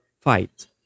fight